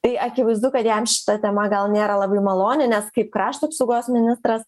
tai akivaizdu kad jam šita tema gal nėra labai maloni nes kaip krašto apsaugos ministras